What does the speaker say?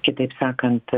kitaip sakant